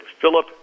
Philip